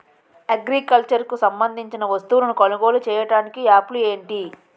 Agriculture కు సంబందించిన వస్తువులను కొనుగోలు చేయటానికి యాప్లు ఏంటి?